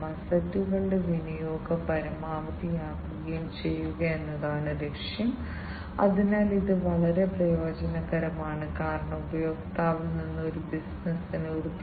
ഈ പിഎൽസി സൈക്കിളിനെ കുറിച്ചും ഞങ്ങൾ സംസാരിച്ചു ഈ പിഎൽസി മെഷീൻ പ്രവർത്തനം തുടരുന്നത് വരെ സൈക്കിളിൽ ജോലികൾ തുടർച്ചയായി ചെയ്യപ്പെടുന്ന ജോലികൾ തുടരുന്നു